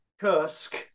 Kursk